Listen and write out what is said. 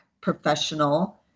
professional